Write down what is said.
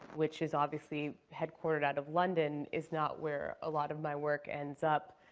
which is obviously headquartered out of london, is not where a lot of my work ends up,